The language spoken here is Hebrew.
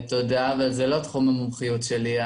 תודה אבל זה לא תחום המומחיות שלי,